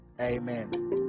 Amen